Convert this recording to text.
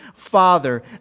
Father